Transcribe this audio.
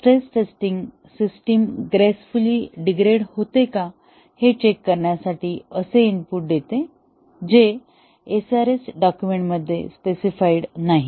stress testing system gracefully degrade होते का हे चेक करण्यासाठी असे इनपुट देते जे SRS डॉकुमेंटमध्ये स्पेसिफाइड नाही